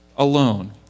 alone